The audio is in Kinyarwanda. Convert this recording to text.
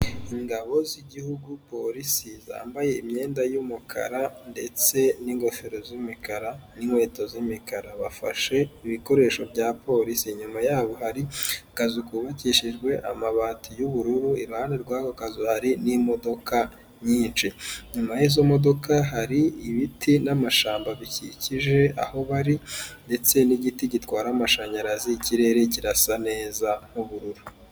Ingabo z'igihugu polisi zambaye imyenda y'umukara ndetse n'ingofero z'umukara n'inkweto z'imikara bafashe ibikoresho bya polisi inyuma yabo hari akazu kubakishijwe amabati y'ubururu iruhande rw'ako kazu hari n'imodoka nyinshi; inyuma y'izo modoka hari ibiti n'amashyamba bikikije aho bari ndetse n'igiti gitwara amashanyarazi ikirere kirasa neza nk'ubururu.